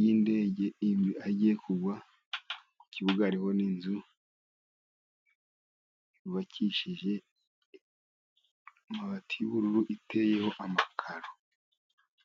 y'indege aho igiye kugwa, ku kibuga hariho n'inzu yubakishije amabati y'ubururu, iteyeho amakaro.